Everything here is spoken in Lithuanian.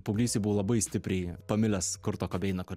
paauglystėj buvau labai stipriai pamilęs kurto kobeiną kad